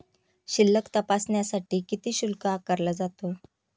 शिल्लक तपासण्यासाठी किती शुल्क आकारला जातो?